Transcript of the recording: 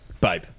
babe